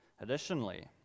Additionally